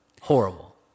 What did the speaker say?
horrible